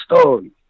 story